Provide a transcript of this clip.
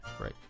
Right